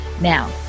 Now